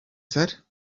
said